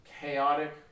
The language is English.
Chaotic